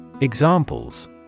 examples